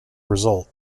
result